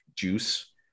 Juice